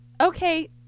Okay